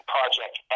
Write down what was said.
Project